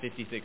56